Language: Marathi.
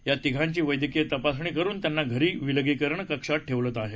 या तिघांची वैद्यकीय तपासणी करून त्यांना धरी विलगीकरणात ठेवण्यात आलं आहे